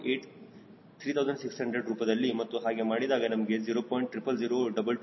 8 3600 ರೂಪದಲ್ಲಿ ಮತ್ತು ಹಾಗೆ ಮಾಡಿದಾಗ ನಮಗೆ 0